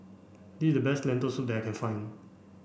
this is the best Lentil soup that I can find